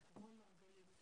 כי הלחץ שהם נמצאים בו לא פשוט.